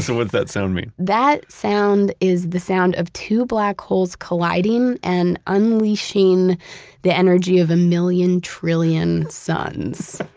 so that that sound mean? that sound is the sound of two black holes colliding and unleashing the energy of a million trillion suns.